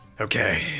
okay